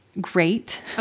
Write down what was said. great